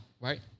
right